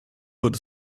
wird